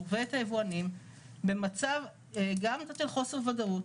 ואת היבואנים במצב - גם של חוסר ודאות.